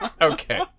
Okay